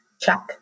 check